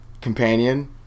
companion